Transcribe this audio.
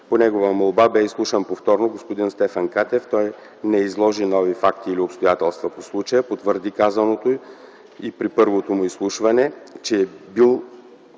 По негова молба бе изслушан повторно господин Стефан Катев. Той не изложи нови факти или обстоятелства по случая. Потвърди казаното и при първото му изслушване - че не бил